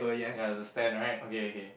ya it's a stand right okay okay